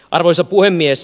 arvoisa puhemies